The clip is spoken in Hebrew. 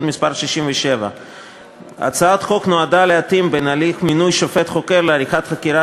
מס' 67). הצעת החוק נועדה להתאים את הליך מינוי שופט חוקר לעריכת חקירה